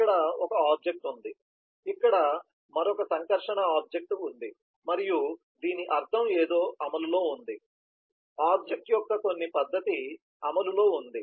ఇక్కడ ఒక ఆబ్జెక్ట్ ఉంది ఇక్కడ మరొక సంకర్షణ ఆబ్జెక్ట్ ఉంది మరియు దీని అర్థం ఏదో అమలులో ఉంది ఆబ్జెక్ట్ యొక్క కొన్ని పద్ధతి అమలులో ఉంది